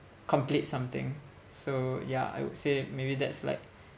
complete something so ya I would say maybe that's like